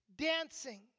Dancing